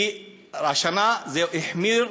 כי השנה זה החמיר: